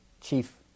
chief